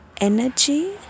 energy